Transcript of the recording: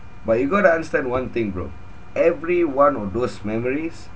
but you got to understand one thing bro every one of those memories